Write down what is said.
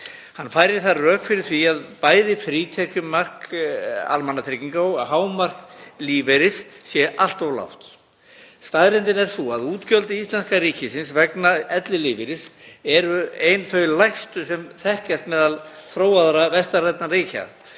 Hann færir rök fyrir því að bæði frítekjumark almannatrygginga og hámark lífeyris sé allt of lágt. Staðreyndin er sú að útgjöld íslenska ríkisins vegna ellilífeyris eru ein þau lægstu sem þekkjast meðal þróaðra vestrænna ríkja.